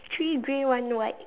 three grey one white